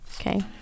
Okay